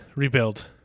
rebuild